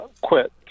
quit